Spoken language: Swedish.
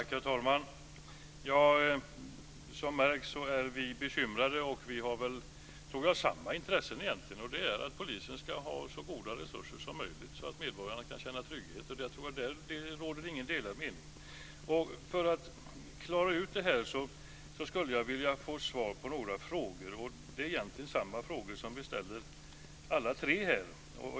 Herr talman! Som märks är vi bekymrade. Jag tror att vi egentligen har samma intresse, och det är att polisen ska ha så goda resurser som möjligt så att medborgarna kan känna trygghet. Där råder det ingen delad mening. För att vi ska klara ut det här skulle jag vilja få svar på några frågor. Det är egentligen samma frågor som vi ställer alla tre.